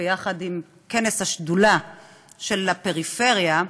ביחד עם כנס השדולה של הפריפריה,